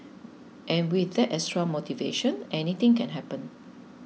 and with that extra motivation anything can happen